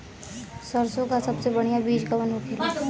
सरसों का सबसे बढ़ियां बीज कवन होखेला?